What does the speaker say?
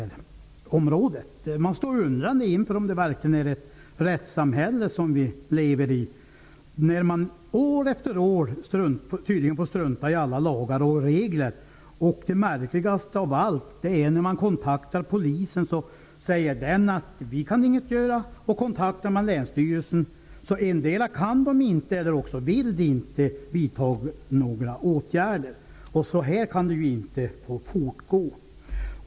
De står undrande inför om det verkligen är ett rättssamhälle vi lever i, när det tydligen är möjligt att år efter år strunta i alla lagar och regler. Det märkligaste av allt är, att om polisen kontaktas säger man där att man inte kan göra något, och på länsstyrelsen endera kan eller vill man inte vidta några åtgärder. Så här kan det ju inte få fortgå!